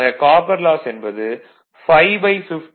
ஆக copper loss என்பது 5152 0